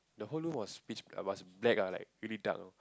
the whole room was pitch it was black lah like really dark you know